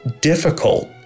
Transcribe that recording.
difficult